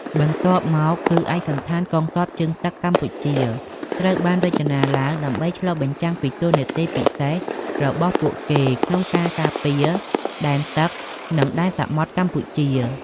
បន្ទាប់មកគឺឯកសណ្ឋានកងទ័ពជើងទឹកកម្ពុជាត្រូវបានរចនាឡើងដើម្បីឆ្លុះបញ្ចាំងពីតួនាទីពិសេសរបស់ពួកគេក្នុងការការពារដែនទឹក និងដែនសមុទ្រកម្ពុជា។